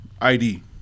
ID